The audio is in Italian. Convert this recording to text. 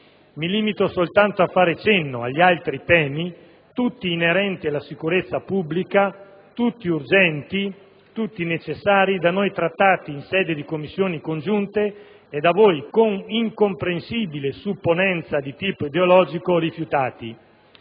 Mi limito soltanto a fare cenno agli altri temi, tutti inerenti alla sicurezza pubblica, tutti urgenti, tutti necessari, da noi trattati in sede di Commissioni congiunte e da voi, con incomprensibile supponenza di tipo ideologico, rifiutati.